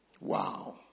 Wow